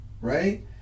right